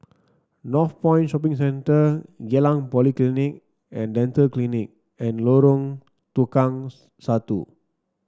Northpoint Shopping Centre Geylang Polyclinic and Dental Clinic and Lorong Tukang Satu